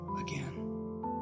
again